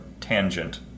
tangent